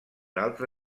altre